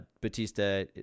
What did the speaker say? Batista